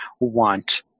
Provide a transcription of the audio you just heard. want